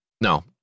No